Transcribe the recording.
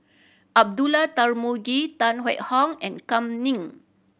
Abdullah Tarmugi Tan Hwee Hock and Kam Ning